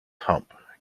hump